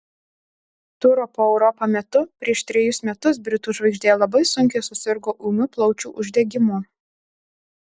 turo po europą metu prieš trejus metus britų žvaigždė labai sunkiai susirgo ūmiu plaučių uždegimu